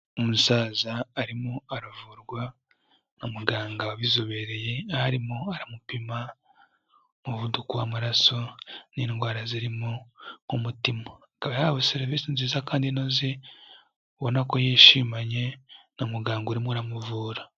Umusaza arimo aravurwa na muganga wabizobereye, aho arimo aramupima umuvuduko w'amaraso n'indwara zirimo nk'umutima, akaba yahawe serivisi nziza kandi inoze ubona ko yishimanye na muganga urimo uramuvura.